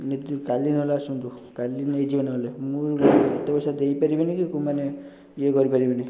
କାଲି ନହେଲେ ଆସନ୍ତୁ କାଲି ନେଇଯିବେ ନହେଲେ ମୁଁ ଏତେ ପଇସା ଦେଇ ପାରିବିନି କି ମାନେ ଇଏ କରିପାରିବିନି